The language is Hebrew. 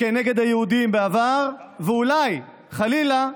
נגד היהודים בעבר, ואולי, חלילה,